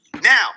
now